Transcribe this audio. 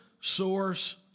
Source